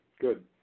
good